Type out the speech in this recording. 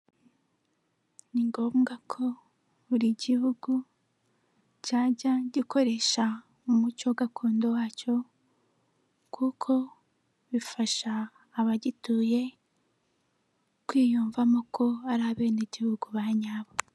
Ni ngombwa ko buri gihugu cyajya gikoresha umuco gakondo wacyo, kuko bifasha abagituye kwiyumvamo ko ari abene gihugu ba nyabo.